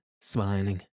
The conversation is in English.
smiling